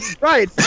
right